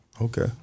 Okay